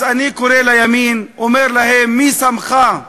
אז אני קורא לימין, אומר להם: מי שמך,